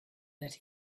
that